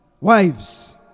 wives